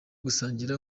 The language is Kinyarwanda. gusangira